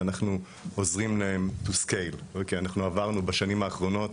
ואנחנו עוזרים להן to scape כי אנחנו עברנו בשנים האחרונות